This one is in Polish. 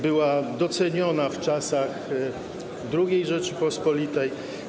Była doceniona w czasach II Rzeczypospolitej.